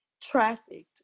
trafficked